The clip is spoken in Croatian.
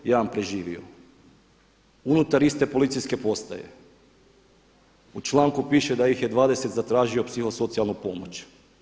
Jedan preživio“, unutar iste policijske postaje u članku piše da ih je 20 zatražilo psihosocijalnu pomoć.